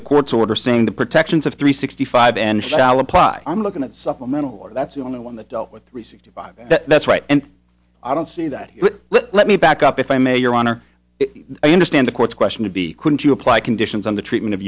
the court's order saying the protections of three sixty five and shall apply i'm looking at supplemental war that's the only one that dealt with three sixty five that's right and i don't see that let me back up if i may your honor i understand the court's question to be couldn't you apply conditions on the treatment of